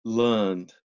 learned